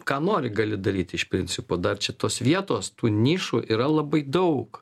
ką nori gali daryti iš principo dar čia tos vietos tų nišų yra labai daug